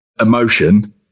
emotion